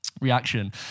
reaction